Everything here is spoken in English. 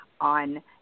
on